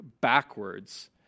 backwards